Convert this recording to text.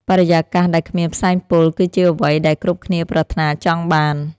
បរិយាកាសដែលគ្មានផ្សែងពុល គឺជាអ្វីដែលគ្រប់គ្នាប្រាថ្នាចង់បាន។